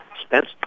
Spence